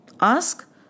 Ask